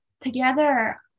together